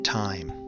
time